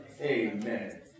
Amen